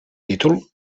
títol